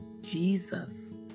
Jesus